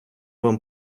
вам